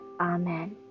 Amen